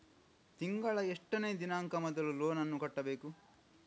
ತಿಂಗಳ ಎಷ್ಟನೇ ದಿನಾಂಕ ಮೊದಲು ಲೋನ್ ನನ್ನ ಕಟ್ಟಬೇಕು?